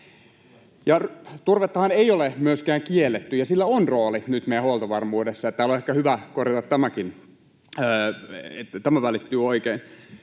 Turvettahan ei ole myöskään kielletty, ja sillä on rooli nyt meidän huoltovarmuudessa, niin että täällä on ehkä hyvä korjata tämäkin, että tämä välittyy oikein.